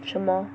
什么